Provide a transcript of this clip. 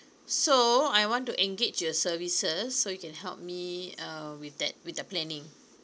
so I want to engage your services so you can help me uh with that with the planning